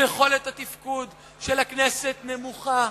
שיכולת התפקוד של הכנסת נמוכה.